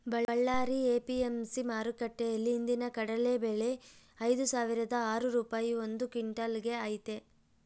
Ballari APMC ಮಾರುಕಟ್ಟೆಯಲ್ಲಿ ಇಂದಿನ ಕಡಲೆ ಬೆಲೆ ಐದುಸಾವಿರದ ಆರು ರೂಪಾಯಿ ಒಂದು ಕ್ವಿನ್ಟಲ್ ಗೆ ಐತೆ